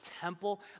temple